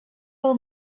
will